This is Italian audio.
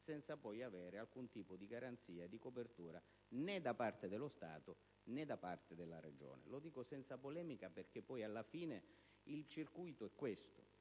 senza poi avere alcun tipo di garanzia di copertura da parte né dello Stato né della Regione. Dico ciò senza polemica, perché alla fine il circuito è questo